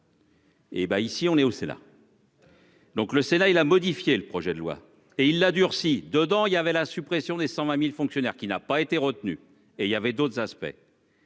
Hé ben ici on est au Sénat. Donc le Sénat il a modifié le projet de loi et il a durci dedans il y avait la suppression des 120.000 fonctionnaires qui n'a pas été retenue et il y avait d'autres aspects.